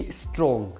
strong